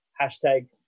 hashtag